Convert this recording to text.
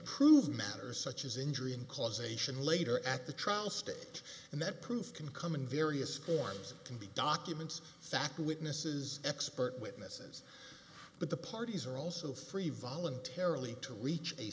prove matters such as injury and causation later at the trial state and that proof can come in various forms can be documents fact witnesses expert witnesses but the parties are also free voluntarily to reach a